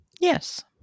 Yes